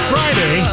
Friday